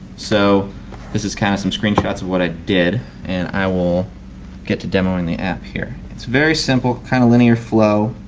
so this is kind of some screen shots of what i did and i will get to demo in the app here. it's very simple kind of linear flow